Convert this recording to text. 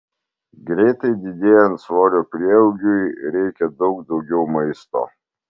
greitai didėjant svorio prieaugiui reikia daug daugiau maisto